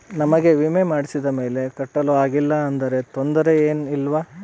ನಮಗೆ ವಿಮೆ ಮಾಡಿಸಿದ ಮೇಲೆ ಕಟ್ಟಲು ಆಗಿಲ್ಲ ಆದರೆ ತೊಂದರೆ ಏನು ಇಲ್ಲವಾ?